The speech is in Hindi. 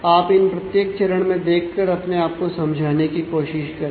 आप इन प्रत्येक चरण में देखकर अपने आप को समझाने की कोशिश करें